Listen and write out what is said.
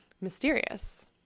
mysterious